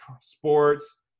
sports